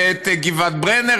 ואת גבעת ברנר,